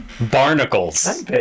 barnacles